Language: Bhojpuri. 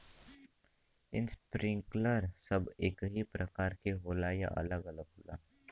इस्प्रिंकलर सब एकही प्रकार के होला या अलग अलग होला?